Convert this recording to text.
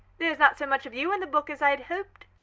there is not so much of you in the book as i had hoped.